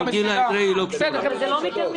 להתחיל ממש בחודשים הקרובים אבל זה לא קשור לעניין